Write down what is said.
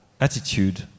attitude